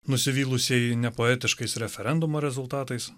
nusivylusieji nepoetiškais referendumo rezultatais